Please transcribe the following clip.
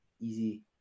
easy